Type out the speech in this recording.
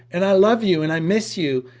and i love you, and i miss you,